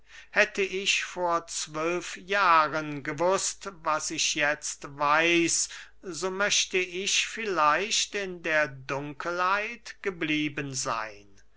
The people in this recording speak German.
hätte ich vor zwölf jahren gewußt was ich jetzt weiß so möchte ich vielleicht in der dunkelheit geblieben seyn